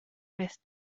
beth